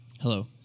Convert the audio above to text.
Hello